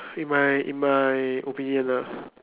in my in my opinion lah